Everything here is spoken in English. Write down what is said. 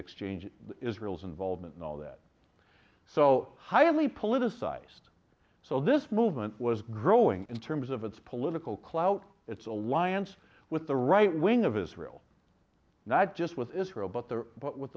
exchange israel's involvement in all that so highly politicized so this movement was growing in terms of its political clout its alliance with the right wing of israel not just with israel but the